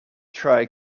try